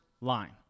line